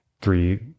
three